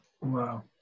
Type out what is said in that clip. Wow